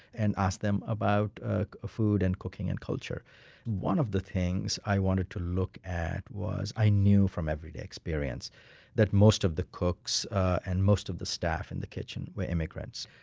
and asked them about ah ah food and cooking and culture one of the things i wanted to look at was, i knew from everyday experience that most of the cooks and most of the staff in the kitchen were immigrants.